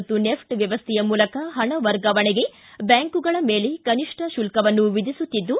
ಮತ್ತು ನೆಫ್ಟ್ ವ್ಯವಸ್ಥೆಯ ಮೂಲಕ ಪಣ ವರ್ಗಾವಣೆಗೆ ಬ್ಯಾಂಕುಗಳ ಮೇಲೆ ಕನಿಷ್ಠ ಶುಲ್ತವನ್ನು ವಿಧಿಸುತ್ತಿದ್ದು